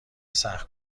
سخت